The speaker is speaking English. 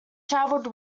traveled